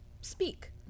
speak